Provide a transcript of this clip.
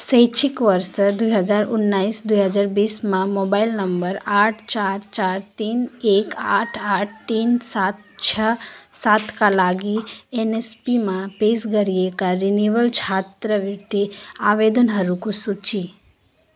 शैक्षिक वर्ष दुई हजार उन्नाइस दुई हजार बिसमा मोबाइल नम्बर आठ चार चार तिन एक आठ आठ तिन सात छ सातका लागि एनएसपीमा पेस गरिएका रिन्युअल छात्रवृत्ति आवेदनहरूको सूची